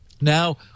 Now